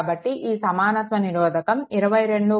కాబట్టి దీని సమానత్వ నిరోధకం 22